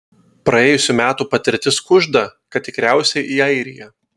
praėjusių metų patirtis kužda kad tikriausiai į airiją